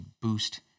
boost